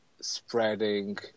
spreading